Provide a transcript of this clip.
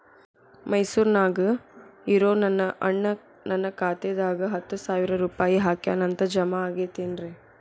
ಮೈಸೂರ್ ನ್ಯಾಗ್ ಇರೋ ನನ್ನ ಅಣ್ಣ ನನ್ನ ಖಾತೆದಾಗ್ ಹತ್ತು ಸಾವಿರ ರೂಪಾಯಿ ಹಾಕ್ಯಾನ್ ಅಂತ, ಜಮಾ ಆಗೈತೇನ್ರೇ?